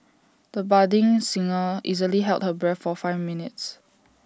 the budding singer easily held her breath for five minutes